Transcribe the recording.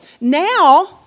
now